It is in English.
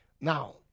Now